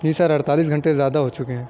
جی sir اڑتالیس گھنٹے زیادہ ہو چکے ہیں